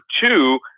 two